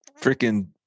freaking